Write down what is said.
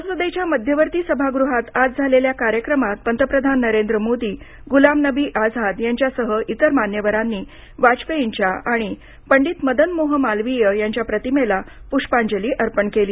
संसदेच्या मध्यवर्ती सभागृहात आज झालेल्या कार्यक्रमात पंतप्रधान नरेंद्र मोदी गुलाम नबी आझाद यांच्यासह इतर मान्यवरांनी वाजपेयींच्या आणि पंडित मदन मोहन मालवीय यांच्या प्रतिमेला पुष्पांजली अर्पण केली